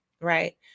Right